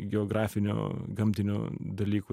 geografinių gamtinių dalykų